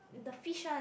the fish one